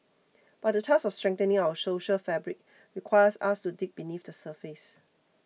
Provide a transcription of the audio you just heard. but the task of strengthening our social fabric requires us to dig beneath the surface